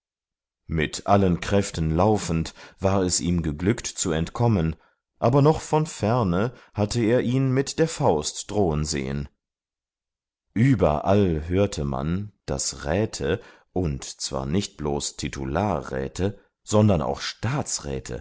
mit allen kräften laufend war es ihm geglückt zu entkommen aber noch von ferne hatte er ihn mit der faust drohen sehen überall hörte man daß räte und zwar nicht bloß titularräte sondern auch